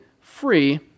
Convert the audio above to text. free